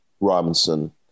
Robinson